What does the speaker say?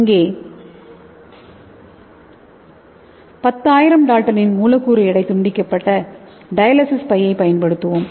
இங்கே 10000 டால்டனின் மூலக்கூறு எடை துண்டிக்கப்பட்ட டயாலிசிஸ் பையை பயன்படுத்துவோம்